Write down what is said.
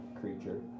creature